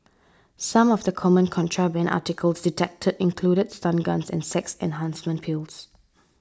some of the common contraband articles detected included stun guns and sex enhancement pills